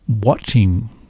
watching